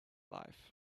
life